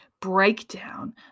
breakdown